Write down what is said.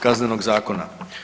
Kaznenog zakona.